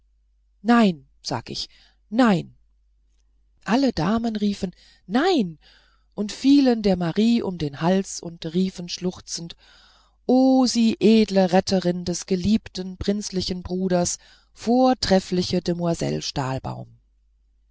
nein sag ich nein alle damen riefen nein und fielen der marie um den hals und riefen schluchzend o sie edle retterin des geliebten prinzlichen bruders vortreffliche demoiselle stahlbaum